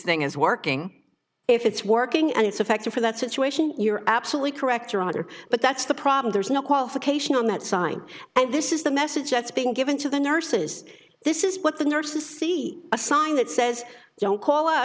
thing is working if it's working and it's effective for that situation you're absolutely correct you're either but that's the problem there's no qualification on that side and this is the message that's been given to the nurses this is what the nurses see a sign that says don't call